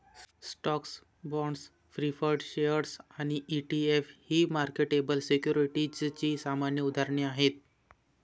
stocks, bonds, preferred shares आणि ETF ही marketable सिक्युरिटीजची सामान्य उदाहरणे आहेत